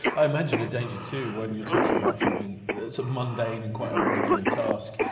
i imagine a danger too when you're talking about something, it's a mundane and quite a regular task,